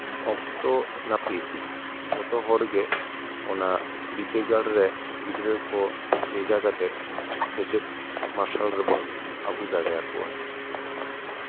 ᱚᱠᱛᱚ ᱱᱟᱹᱯᱤᱛ ᱡᱷᱚᱛᱚ ᱦᱚᱲ ᱜᱮ ᱚᱱᱟ ᱵᱤᱫᱽᱫᱟᱹᱜᱟᱲ ᱨᱮ ᱜᱤᱫᱽᱨᱟᱹ ᱠᱚ ᱵᱷᱮᱡᱟ ᱠᱟᱛᱮ ᱥᱮᱪᱮᱫ ᱢᱟᱨᱥᱟᱞ ᱨᱮᱵᱚᱱ ᱟᱹᱜᱩ ᱫᱟᱲᱮᱭᱟᱠᱚᱣᱟ